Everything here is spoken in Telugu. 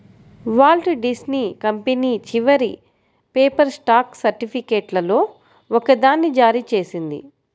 వాల్ట్ డిస్నీ కంపెనీ చివరి పేపర్ స్టాక్ సర్టిఫికేట్లలో ఒకదాన్ని జారీ చేసింది